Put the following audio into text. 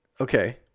Okay